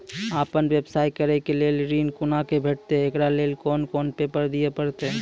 आपन व्यवसाय करै के लेल ऋण कुना के भेंटते एकरा लेल कौन कौन पेपर दिए परतै?